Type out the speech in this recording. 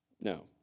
No